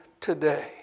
today